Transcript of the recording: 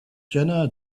jena